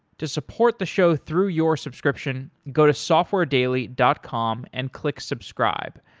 to support the show through your subscription, go to softwaredaily dot com and click subscribe.